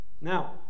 Now